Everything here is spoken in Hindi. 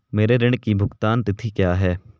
मेरे ऋण की भुगतान तिथि क्या है?